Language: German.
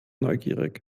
neugierig